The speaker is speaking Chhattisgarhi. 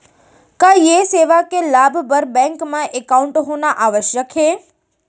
का ये सेवा के लाभ बर बैंक मा एकाउंट होना आवश्यक हे